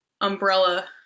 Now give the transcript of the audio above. umbrella